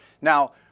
Now